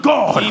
God